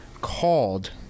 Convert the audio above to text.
called